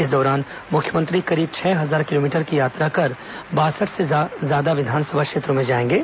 इस दौरान मुख्यमंत्री करीब छह हजार किलोमीटर की यात्रा कर बासठ से अधिक विधानसभा क्षेत्रों में जाएंगे